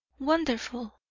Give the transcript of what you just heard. wonderful!